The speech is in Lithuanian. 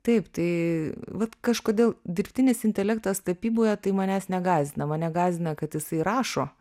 taip tai vat kažkodėl dirbtinis intelektas tapyboje tai manęs negąsdina mane gąsdina kad jisai rašo